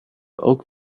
oak